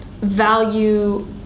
value